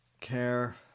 care